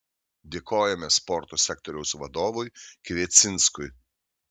dėkojame sporto sektoriaus vadovui kviecinskui